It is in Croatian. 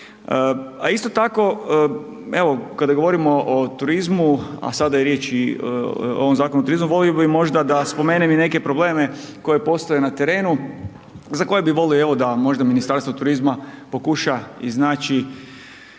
A isto tako, evo kada govorimo o turizmu, a sada je i riječ o ovom Zakonu o turizmu, volio bi možda da spomenem i neke probleme koje postoje na terenu, za koje bi volio, evo da možda Ministarstvo turizma pokuša iznaći